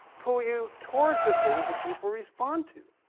pull you towards the things that people respond to.